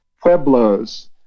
Pueblos